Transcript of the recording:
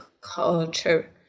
culture